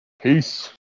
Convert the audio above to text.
Peace